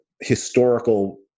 historical